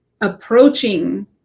approaching